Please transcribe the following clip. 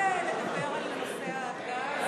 אתה מוכן לדבר על נושא הגז?